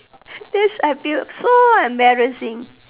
that's I feel so embarrassing